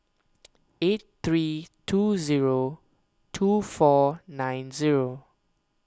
eight three two zero two four nine zero